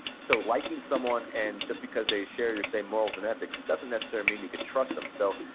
so liking someone and just because they share your same morals and ethics doesn't necessarily mean you can trust them so,